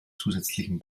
zusätzlichen